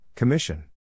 Commission